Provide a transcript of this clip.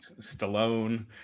Stallone